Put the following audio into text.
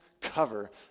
cover